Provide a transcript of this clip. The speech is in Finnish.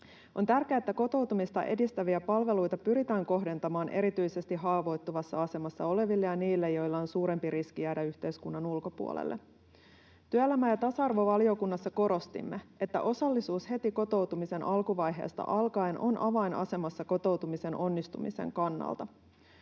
On tärkeää, että kotoutumista edistäviä palveluita pyritään kohdentamaan erityisesti haavoittuvassa asemassa oleville ja niille, joilla on suurempi riski jäädä yhteiskunnan ulkopuolelle. Työelämä- ja tasa-arvovaliokunnassa korostimme, että osallisuus heti kotoutumisen alkuvaiheesta alkaen on avainasemassa kotoutumisen onnistumisen kannalta.